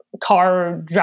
car